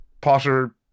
Potter